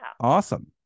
Awesome